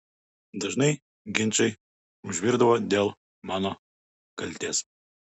dažnai ginčai užvirdavo dėl mano kaltės